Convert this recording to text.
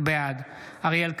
בעד אריאל קלנר,